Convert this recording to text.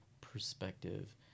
perspective